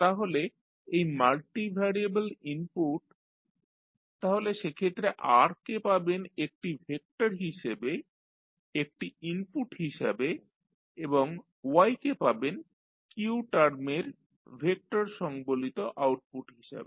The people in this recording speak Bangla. তাহলে এই মাল্টিভ্যারিয়েবল ইনপুট তাহলে সেক্ষেত্রে R কে পাবেন একটি ভেক্টর হিসাবে একটি ইনপুট হিসাবে এবং Y কে পাবেন q টার্মের ভেক্টর সংবলিত আউটপুট হিসাবে